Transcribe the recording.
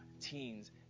teens